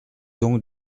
donc